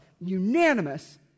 unanimous